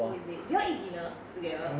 oh is it you all eat dinner together